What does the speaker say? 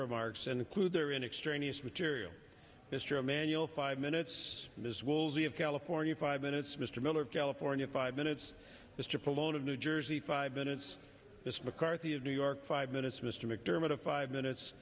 remarks include their in extraneous material mr emanuel five minutes miss woolsey of california five minutes mr miller of california five minutes this trip alone of new jersey five minutes this mccarthy of new york five minutes mr mcdermott of five minutes